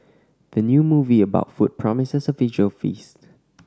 the new movie about food promises a visual feast